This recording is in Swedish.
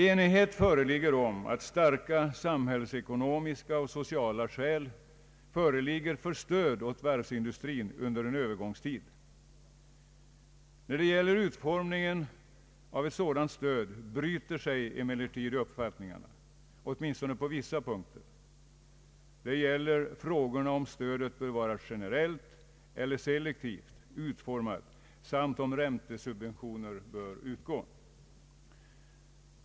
Enighet råder om att starka samhällsekonomiska och sociala skäl föreligger för stöd åt varvsindustrin under en övergångstid. När det gäller utformningen av ett sådant stöd bryter sig emellertid uppfattningarna, åtminstone på vissa punkter. Det gäller frågorna om stödet bör vara generellt eller selektivt utformat samt om räntesubventioner bör utgå.